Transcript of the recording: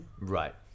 Right